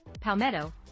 Palmetto